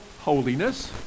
holiness